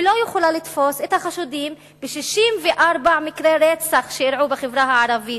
ולא יכולה לתפוס את החשודים ב-64 מקרי רצח שאירעו בחברה הערבית,